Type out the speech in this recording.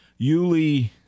Yuli